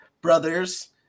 brothers